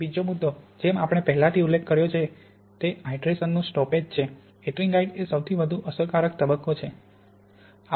બીજો મુદ્દો જેમ આપણે પહેલાથી ઉલ્લેખ કર્યો છે તે હાઇડ્રેશનનું સ્ટોપપેજ છે એટ્રિંગાઇટ એ સૌથી વધુ અસરકારક તબક્કો છે